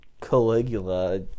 Caligula